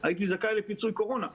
הייתי זכאי לפיצוי קורונה.